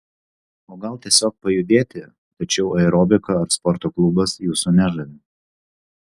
o gal tiesiog pajudėti tačiau aerobika ar sporto klubas jūsų nežavi